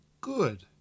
good